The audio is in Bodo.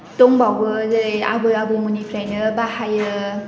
दंबावो जेरै आबै आबौमोननिफ्रायनो बाहायो